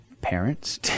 parents